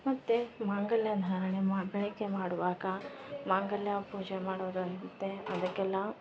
ಮತ್ತೆ ಮಾಂಗಲ್ಯ ಧಾರಣೆ ಮಾ ಬೆಳಿಗ್ಗೆ ಮಾಡುವಾಗ ಮಾಂಗಲ್ಯ ಪೂಜೆ ಮಾಡೋದಂತೆ ಅದಕೆಲ್ಲ